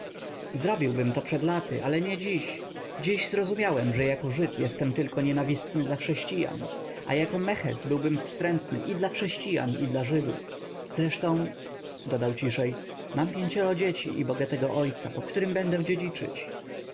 zrobiłbym to przed laty ale nie dziś dziś zrozumiałem że jako żyd jestem tylko nienawistny dla chrześcijan a jako meches byłbym wstrętny i dla chrześcijan i dla żydów trzeba przecie z kimś żyć zresztą dodał ciszej mam pięcioro dzieci i bogatego ojca po którym będę